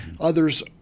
Others